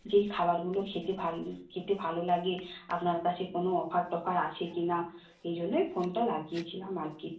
যেই খাবারগুলো খেতে ভাল খেতে ভালো লাগে আপনার কাছে কোনো অফার টফার আছে কি না এইজন্যই ফোনটা লাগিয়েছিলাম আর কি